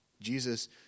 Jesus